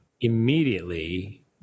immediately